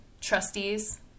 trustees